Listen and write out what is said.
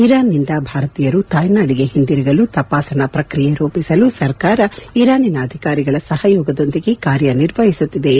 Iran ನಿಂದ ಭಾರತೀಯರು ತಾಯ್ನಾಡಿಗೆ ಹಿಂದಿರಗಲು ತಪಾಸಣಾ ಪ್ರಕಿಯೆ ರೂಪಿಸಲು ಸರ್ಕಾರ ಇರಾನಿನ ಅಧಿಕಾರಿಗಳ ಸಹಯಯೋಗದೊಂದಿಗೆ ಕಾರ್ಯ ನಿರ್ವಹಿಸುತ್ತದೆ ಎಂದು